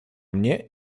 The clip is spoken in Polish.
mnie